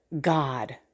God